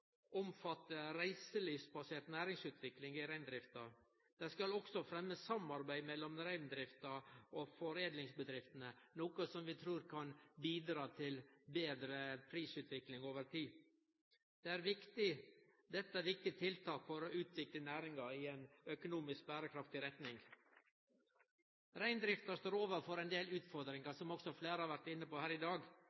omfatte reiselivsbasert næringsutvikling i reindrifta. Det skal også fremje samarbeid mellom reindrifta og foredlingsbedriftene, noko som vi trur kan bidra til betre prisutvikling over tid. Dette er viktige tiltak for å utvikle næringa i ei økonomisk berekraftig retning. Reindrifta står overfor ein del utfordringar,